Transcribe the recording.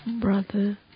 brother